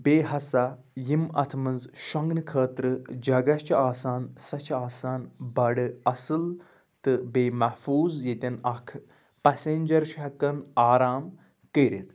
بیٚیہِ ہَسا یِم اَتھ منٛز شۄنٛگنہٕ خٲطرٕ جگہ چھِ آسان سۄ چھِ آسان بَڑٕ اَصٕل تہٕ بیٚیہِ محفوٗظ ییٚتٮ۪ن اَکھ پَٮ۪سَنجَر چھُ ہٮ۪کَان آرام کٔرِتھ